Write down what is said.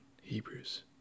Hebrews